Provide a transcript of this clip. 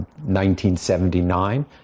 1979